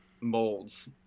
molds